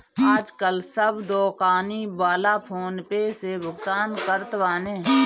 आजकाल सब दोकानी वाला फ़ोन पे से भुगतान करत बाने